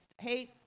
Hey